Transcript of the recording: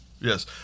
Yes